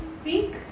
speak